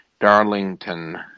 Darlington